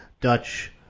Dutch